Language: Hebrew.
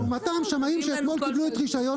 לעומתם שמאים שאתמול קיבלו את רישיון